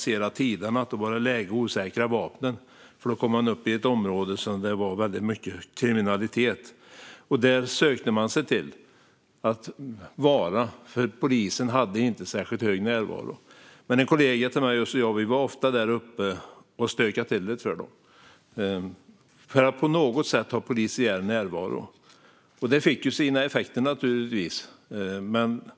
säga att det var läge att osäkra vapnen, för då kom vi in i ett område där det var väldigt mycket kriminalitet. Man sökte sig dit, för polisen hade inte särskilt hög närvaro där. Men en kollega till mig och jag var ofta där och stökade till det för dem genom att på något sätt ha polisiär närvaro, och det fick naturligtvis sina effekter.